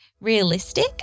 realistic